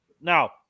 now